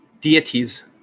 deities